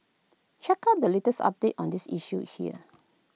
check out the latest update on this issue here